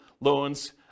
loans